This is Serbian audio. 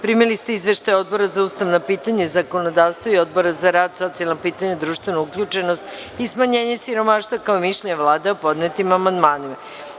Primili ste izveštaje Odbora za ustavna pitanja i zakonodavstvo i Odbora za rad, socijalna pitanja, društvenu uključenost i smanjenje siromaštva, kao i mišljenje Vlade o podnetim amandmanima.